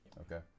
Okay